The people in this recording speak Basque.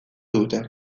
dute